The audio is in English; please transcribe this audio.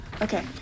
Okay